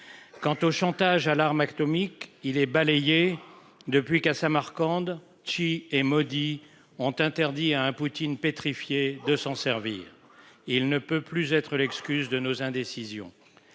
Quant au chantage à l'arme atomique, il est balayé. Depuis qu'à Samarcande qui est maudit ont interdit à un Poutine pétrifiée de s'en servir. Il ne peut plus être l'excuse de nos indécision.